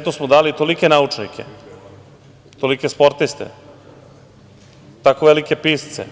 Svetu smo dali tolike naučnike, tolike sportiste, tako velike pisce,